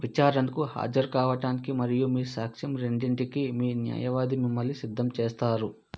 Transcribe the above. విచారణకు హాజరు కావటానికి మరియు మీ సాక్ష్యం రెండింటికీ మీ న్యాయవాది మిమ్మల్ని సిద్ధం చేస్తారు